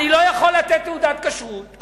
אני יכול לתת תעודת כשרות,